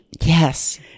Yes